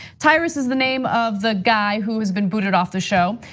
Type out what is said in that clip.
tyrus is the name of the guy who has been booted off the show,